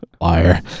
Liar